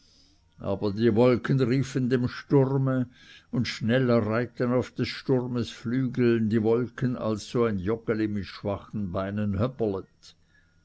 aber die wolken riefen dem sturme und schneller reiten auf des sturmes flügeln die wolken als so ein joggeli mit schwachen beinen